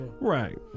right